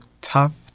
tough